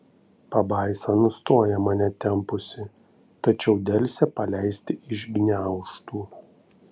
pabaisa nustoja mane tempusi tačiau delsia paleisti iš gniaužtų